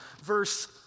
verse